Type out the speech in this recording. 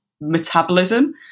metabolism